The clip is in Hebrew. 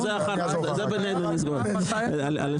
תן לי